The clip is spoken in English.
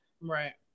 Right